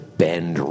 bend